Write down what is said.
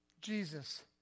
Jesus